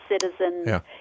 citizens